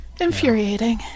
infuriating